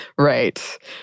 Right